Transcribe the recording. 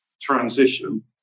transition